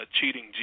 cheating